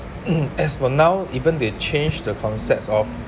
as for now even they change the concepts of